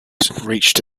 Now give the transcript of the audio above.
reached